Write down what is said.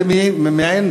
זה מעין